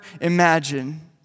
imagine